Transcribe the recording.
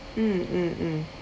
mm mm mm